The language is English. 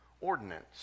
ordinance